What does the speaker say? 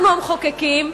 אנחנו, המחוקקים,